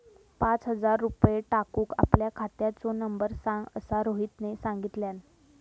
पाच हजार रुपये टाकूक आपल्या खात्याचो नंबर सांग असा रोहितने सांगितल्यान